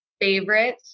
favorite